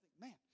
Man